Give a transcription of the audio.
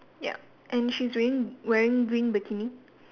ya and she's wearing wearing green bikini